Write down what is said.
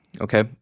Okay